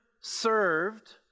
served